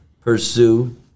Pursue